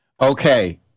Okay